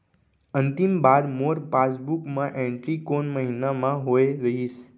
अंतिम बार मोर पासबुक मा एंट्री कोन महीना म होय रहिस?